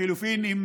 לחלופין, אם